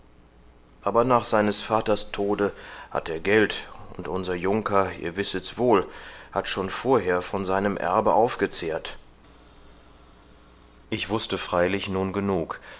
dennoch aber nach seines vaters tode hat er geld und unser junker ihr wisset's wohl hat schon vorher von seinem erbe aufgezehrt ich wußte freilich nun genug